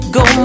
go